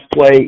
play